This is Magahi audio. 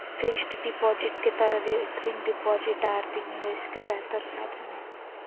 फिक्स्ड डिपॉजिट के तरह रिकरिंग डिपॉजिट आर.डी निवेश के बेहतर साधन हइ